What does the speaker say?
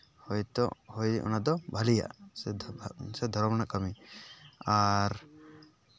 ᱦᱚᱭᱛᱳ ᱦᱳᱭ ᱚᱱᱟᱫᱚ ᱵᱷᱟᱹᱞᱤᱭᱟ ᱥᱮ ᱫᱷᱚᱨᱚᱢ ᱨᱮᱱᱟᱜ ᱠᱟᱹᱢᱤ ᱟᱨ